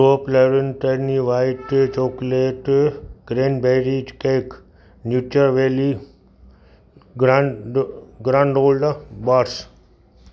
top eleven turney white chocolate cranberry cake nutra valley grand grand older bars